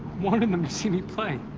wanted them to see me play.